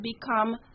become